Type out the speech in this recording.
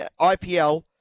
IPL